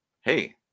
Hey